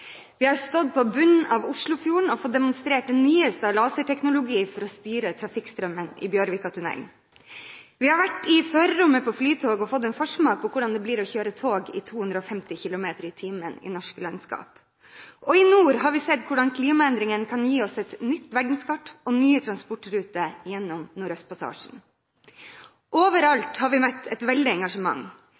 Vi har stått på bunnen av Oslofjorden og fått demonstrert det nyeste av laserteknologi for å styre trafikkstrømmen i Bjørvikatunnelen. Vi har vært i førerrommet på Flytoget og fått en forsmak på hvordan det blir å kjøre tog i 250 km/t i norsk landskap. I nord har vi sett hvordan klimaendringer kan gi oss et nytt verdenskart og nye transportruter gjennom Nordøstpassasjen. Overalt har vi møtt et veldig engasjement.